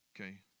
Okay